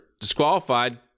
disqualified